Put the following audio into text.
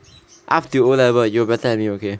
up till O level you are better than me okay